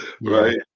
right